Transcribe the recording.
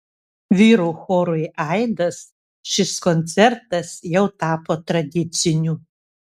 vyrų chorui aidas šis koncertas jau tapo tradiciniu